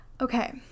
Okay